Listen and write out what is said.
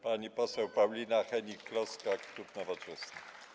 Pani poseł Paulina Hennig-Kloska, klub Nowoczesna.